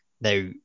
Now